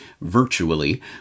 virtually